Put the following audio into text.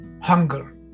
Hunger